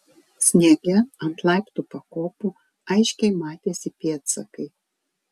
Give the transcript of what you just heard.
sniege ant laiptų pakopų aiškiai matėsi pėdsakai